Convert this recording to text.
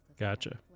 Gotcha